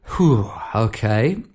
Okay